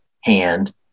hand